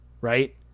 right